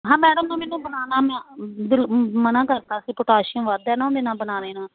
ਹਾਂ ਮੈਡਮ ਨੂੰ ਮੈਨੂੰ ਬਨਾਨਾ ਮੈਂ ਮਨ੍ਹਾ ਕਰਤਾ ਸੀ ਪੋਟਾਸ਼ੀਅਮ ਵੱਧਦਾ ਇਹਦੇ ਨਾਲ ਬਨਾਨੇ ਨਾਲ